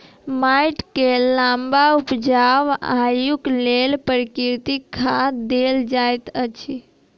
माइट के लम्बा उपजाऊ आयुक लेल प्राकृतिक खाद देल जाइत अछि